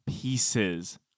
Pieces